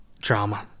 Drama